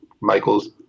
Michael's